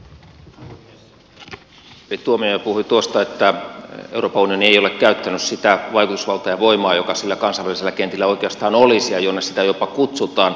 tuomioja puhui tuosta että euroopan unioni ei ole käyttänyt sitä vaikutusvaltaa ja voimaa joka sillä kansainvälisillä kentillä oikeastaan olisi minne sitä jopa kutsutaan